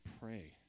pray